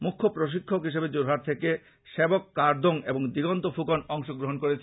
মুক্য প্রশিক্ষক হিসেবে যোরহাট থেকে সেবক কারদং এবং দিগন্ত ফুকন অংশ গ্রহন করেছেন